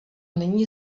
není